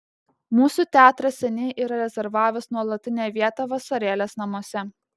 mūsų teatras seniai yra rezervavęs nuolatinę vietą vasarėlės namuose